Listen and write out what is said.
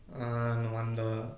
err no wonder